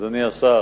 אדוני השר,